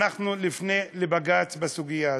אנחנו נפנה לבג"ץ בסוגיה הזאת.